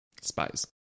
Spies